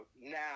now